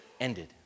ended